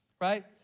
right